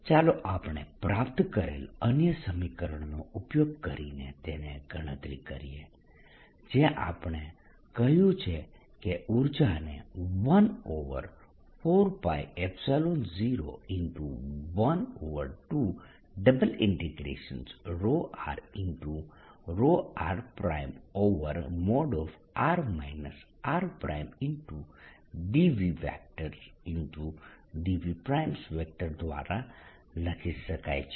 E35Q24π0R ચાલો આપણે પ્રાપ્ત કરેલ અન્ય સમીકરણનો ઉપયોગ કરીને તેની ગણતરી કરીએ જ્યાં આપણે કહ્યું છે કે ઉર્જાને 14π012∬r ρr|r r|dVdV દ્વારા લખી શકાય છે